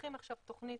מפתחים עכשיו תכנית,